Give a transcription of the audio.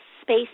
space